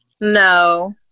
No